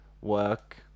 work